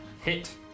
Hit